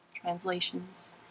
translations